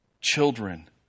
Children